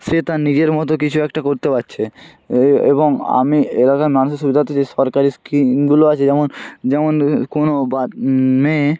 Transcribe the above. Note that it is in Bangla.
সে তার নিজের মতো কিছু একটা করতে পারছে এ এবং আমি এলাকার মানুষদের সুবিধার্তে সে সরকারি স্কিমগুলো আছে যেমন যেমন কোনো বা মেয়ে